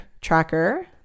tracker